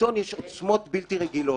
לשלטון יש עוצמות בלתי רגילות,